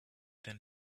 then